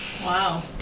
Wow